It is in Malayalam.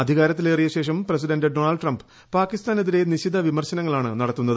അധികാരത്തിലേറിയ ശേഷം പ്രസിഡന്റ് ഡൊണാൾഡ് ട്രംപ് പാകിസ്ഥാനെതിരെ നിശിത വിമർശനങ്ങളാണ് നടത്തുന്നത്